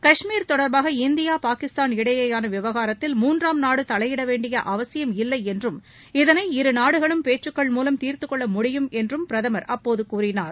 காஷ்மீர் தொடர்பாக இந்தியா பாகிஸ்தான் இடையேயான விவகாரத்தில் மூன்றாம் நாடு தலையிட வேண்டிய அவசியம் இல்லை என்றும் இதனை இரு நாடுகளும் பேச்சுக்கள் மூலம் தீர்த்துக்கொள்ள முடியும் என்று பிரதமர் அப்போது கூறினார்